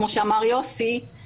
כמו שאמר יוסי,